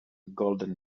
golden